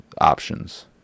options